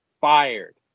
fired